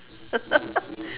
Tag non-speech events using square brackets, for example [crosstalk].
[laughs]